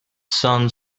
sun